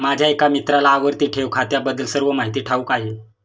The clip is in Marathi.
माझ्या एका मित्राला आवर्ती ठेव खात्याबद्दल सर्व माहिती ठाऊक आहे